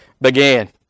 began